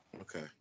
Okay